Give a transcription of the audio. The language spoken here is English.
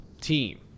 team